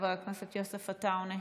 חבר הכנסת יוסף עטאונה,